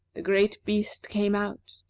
the great beast came out,